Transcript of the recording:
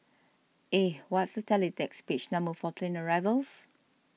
eh what's the teletext page number for plane arrivals